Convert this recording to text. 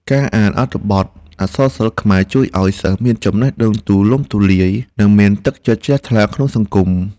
ការអានអត្ថបទអក្សរសិល្ប៍ខ្មែរជួយឱ្យសិស្សមានចំណេះដឹងទូលំទូលាយនិងមានទឹកចិត្តជ្រះថ្លាក្នុងសង្គម។